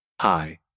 Hi